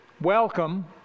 Welcome